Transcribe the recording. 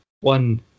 One